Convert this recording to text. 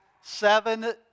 Seven